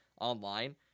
online